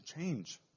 change